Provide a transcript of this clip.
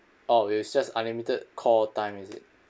oh it's just unlimited call time is it